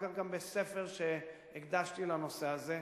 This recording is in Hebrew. ואחר כך גם בספר שהקדשתי לנושא הזה,